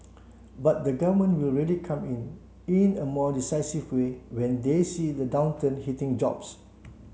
but the Government will really come in in a more decisive way when they see the downturn hitting jobs